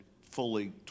fully